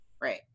Right